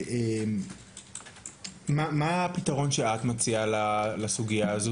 מה הפתרון שאת מציעה לסוגיה הזו?